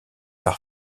par